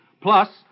plus